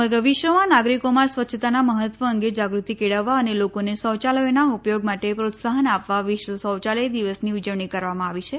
સમગ્ર વિશ્વમાં નાગરિકોમાં સ્વચ્છતાના મહત્વ અંગે જાગૃતિ કેળવવા અને લોકોને શૌયાલયોના ઉપયોગ માટે પ્રોત્સાહન આપવા વિશ્વ શૌયાલય દિવસની ઉજવણી કરવામાં આવે છે